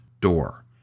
door